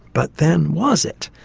but then was it?